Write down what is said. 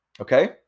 Okay